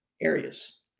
areas